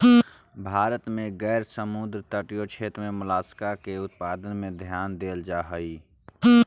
भारत में गैर समुद्र तटीय क्षेत्र में मोलस्का के उत्पादन में ध्यान देल जा हई